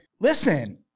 listen